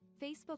Facebook